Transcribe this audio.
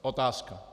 Otázka.